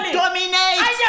dominate